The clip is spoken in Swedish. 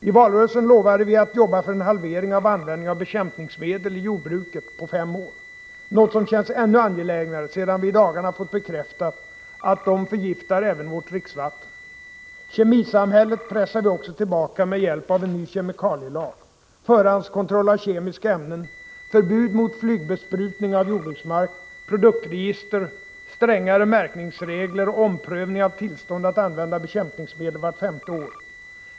I valrörelsen lovade vi att jobba för en halvering av användningen av bekämpningsmedel i jordbruket på fem år, något som känns ännu angelägnare sedan vi i dagarna fått bekräftat att bekämpningsmedlen förgiftar även vårt dricksvatten. Kemisamhället pressar vi också tillbaka med hjälp av en ny kemikalielag, som omfattar förhandskontroll av kemiska ämnen, förbud mot flygbesprutning av jordbruksmark, produktregister, strängare märkningsregler och omprövning av tillstånd att använda bekämpningsmedel vart femte år.